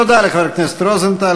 תודה לחבר הכנסת רוזנטל.